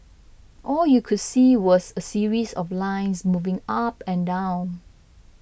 all you could see was a series of lines moving up and down